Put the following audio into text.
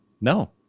No